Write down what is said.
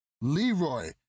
Leroy